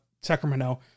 Sacramento